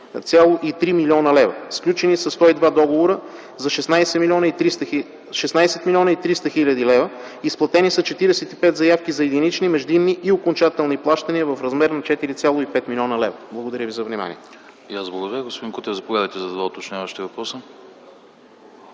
136,3 млн. лв., сключени са 102 договора за 16 млн. 300 хил. лв., изплатени са 45 заявки за единични, междинни и окончателни плащания в размер на 4,5 млн. лв. Благодаря ви за вниманието.